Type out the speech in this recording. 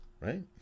Right